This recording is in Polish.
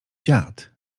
dziad